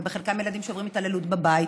ובחלקם ילדים שעוברים התעללות בבית,